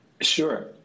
Sure